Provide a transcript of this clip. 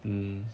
mm